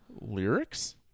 Lyrics